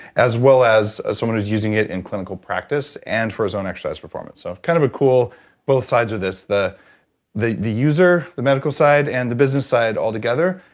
as well as ah someone who's using it in clinical practice and for his own exercise performance. so kind of a cool both sides of this. the the user, the medical side and the business side all together,